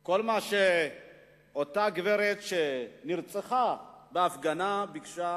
את אותה גברת שנרצחה בהפגנה כשביקשה